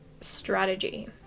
strategy